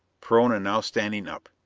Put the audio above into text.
perona now standing up,